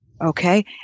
okay